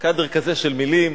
קאדר כזה של מלים.